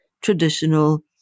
traditional